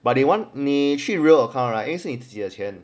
but they want 你去 real account right 因为是你自己的钱